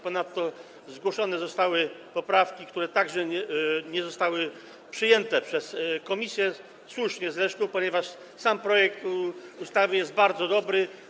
Ponadto zgłoszone zostały poprawki, które także nie zostały przyjęte przez komisję, słusznie zresztą, ponieważ projekt ustawy jest bardzo dobry.